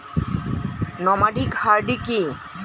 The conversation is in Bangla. নমাডিক হার্ডি কি?